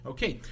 Okay